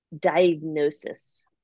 diagnosis